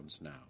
now